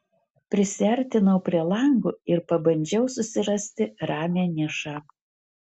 prisiartinau prie lango ir pabandžiau susirasti ramią nišą